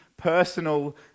personal